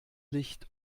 licht